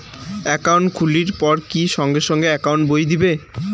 Account খুলির পর কি সঙ্গে সঙ্গে একাউন্ট বই দিবে?